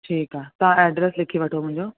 ठीकु आहे तव्हां एड्रैस लिखी वठो मुंहिंजो